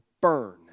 burn